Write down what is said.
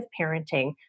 parenting